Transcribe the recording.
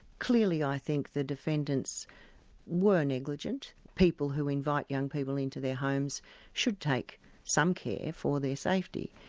clearly i think the defendants were negligent. people who invite young people into their homes should take some care for their safety,